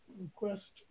request